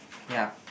ya